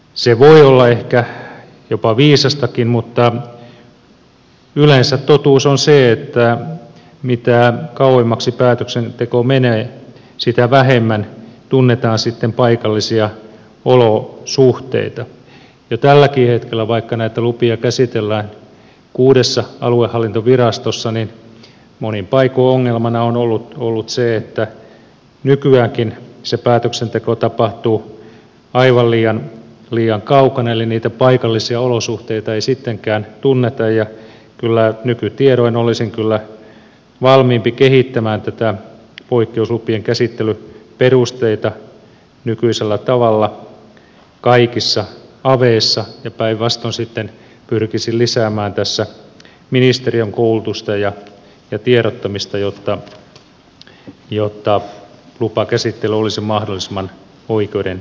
se voi olla ehkä jopa viisastakin mutta yleensä totuus on se että mitä kauemmaksi päätöksenteko menee sitä vähemmän tunnetaan sitten paikallisia olosuhteita ja tälläkin hetkellä vaikka näitä lupia käsitellään kuudessa aluehallintovirastossa monin paikoin ongelmana on ollut se että nykyäänkin se päätöksenteko tapahtuu aivan liian kaukana eli niitä paikallisia olosuhteita ei sittenkään tunneta ja nykytiedoin olisin kyllä valmiimpi kehittämään näitä poikkeuslupien käsittelyperusteita nykyisellä tavalla kaikissa aveissa ja päinvastoin sitten pyrkisin lisäämään tässä ministeriön koulutusta ja tiedottamista jotta lupakäsittely olisi mahdollisimman oikeudenmukainen